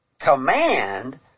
command